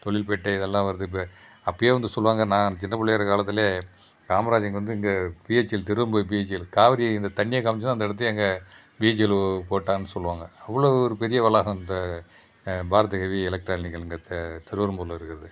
தொழில்பேட்டை இதெல்லாம் வருது இப்போ அப்பயே வந்து சொல்வாங்க நான் சின்ன பிள்ளையா இருக்கிற காலத்துலேயே காமராஜர் இங்கே வந்து இங்கே பிஹச்இஎல் திருவெறும்பூர் பிஹச்இஎல் காவேரி அந்த தண்ணியை கலந்துதான் அந்த இடத்தையே எங்கள் பிஹச்இஎல் போட்டார்னு சொல்வாங்க அவ்வளோ ஒரு பெரிய வளாகம் அந்த பாரத் ஹெவி எலெக்ட்ரானிக்கல்ங்கிறது திருவெறும்பூரில் இருக்கிறது